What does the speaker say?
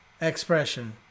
expression